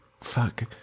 Fuck